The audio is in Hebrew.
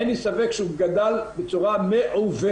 אין לי ספק שהוא גדל בצורה מעוותת.